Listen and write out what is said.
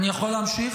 אני יכול להמשיך?